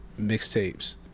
mixtapes